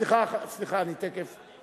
סליחה, סליחה, אני תיכף,